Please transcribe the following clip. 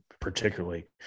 particularly